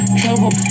trouble